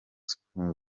school